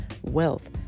wealth